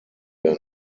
der